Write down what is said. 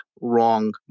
wrong